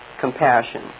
compassion